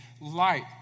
light